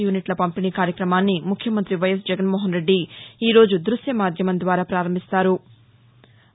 యూనిట్ల పంపిణీ కార్యక్రమాన్ని ముఖ్యమంత్రి వైఎస్ జగన్మోహన్రెడ్డి ఈరోజు దృశ్య మాధ్యమం ద్వారా పారంభిస్తారు